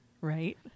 Right